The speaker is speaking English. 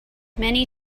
many